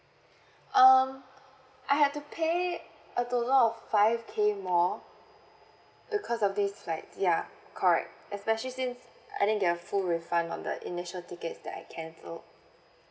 um I had to pay a total of five K more because of this flight ya correct especially since I didn't get a full refund on the initial tickets that I cancelled